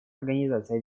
организации